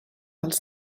als